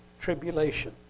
tribulation